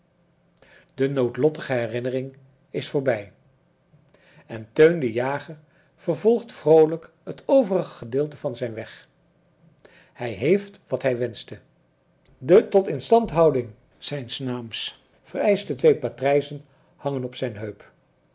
de noodlottige herinnering is voorbij en teun de jager vervolgt vroolijk het overige gedeelte van zijn weg hij heeft wat hij wenschte de tot instandhouding zijns naams vereischte twee patrijzen hangen op zijn heup